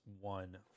one